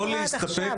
למה זה לא קרה עד עכשיו?